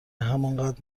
همانقدر